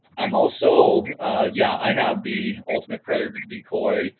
i'm also yeah i have the ultimate predator decoy